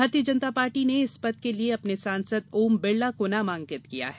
भारतीय जनता पार्टी ने इस पद के लिए अपने सांसद ओम बिड़ला को नामांकित किया है